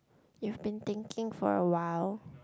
you've been thinking for awhile